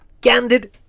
Candid